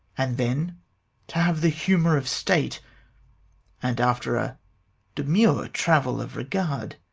and then to have the humour of state and, after a demure travel of regard,